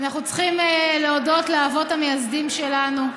אנחנו צריכים להודות לאבות המייסדים שלנו,